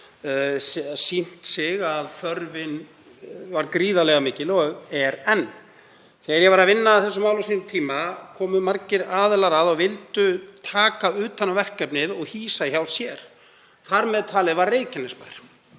sýnt sig að þörfin var gríðarlega mikil og er enn. Þegar ég var að vinna að þessu máli á sínum tíma komu margir aðilar að og vildu taka utan um verkefnið og hýsa hjá sér. Þar á meðal var Reykjanesbær